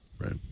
Right